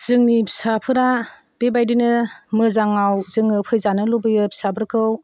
जोंनि फिसाफोरा बेबादिनो मोजाङाव जोङो फैजानो लुबैयो फिसाफोरखौ